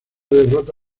derrota